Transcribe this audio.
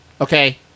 okay